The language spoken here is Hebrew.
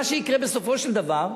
מה שיקרה בסופו של דבר,